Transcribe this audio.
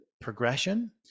progression